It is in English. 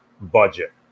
budget